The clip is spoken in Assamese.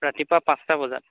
ৰাতিপুৱা পাঁচটা বজাত